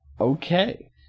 Okay